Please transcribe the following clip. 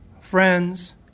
friends